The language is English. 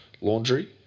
laundry